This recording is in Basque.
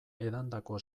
edandako